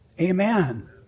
amen